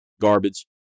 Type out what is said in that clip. garbage